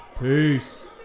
Peace